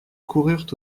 coururent